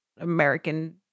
American